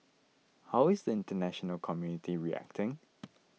how is the international community reacting